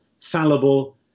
fallible